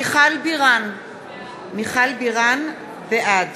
(קוראת בשמות חברי הכנסת) מיכל בירן, בעד